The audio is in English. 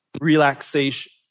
relaxation